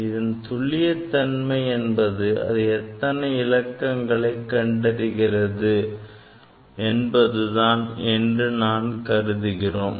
இதன் துல்லியத் தன்மை என்பது அது எத்தனை இலக்கங்களை கண்டறிகிறது என்பது தான் என்று நாம் கருதுகிறோம்